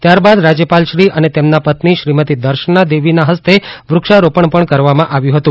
ત્યારબાદ રાજ્યપાલશ્રી અને તેમના પત્ની શ્રીમતી દર્શના દેવીના હસ્તે વૃક્ષારોપણ પણ કરવામાં આવ્યું હતું